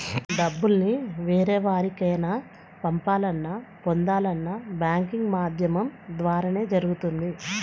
డబ్బుల్ని వేరెవరికైనా పంపాలన్నా, పొందాలన్నా బ్యాంకింగ్ మాధ్యమం ద్వారానే జరుగుతుంది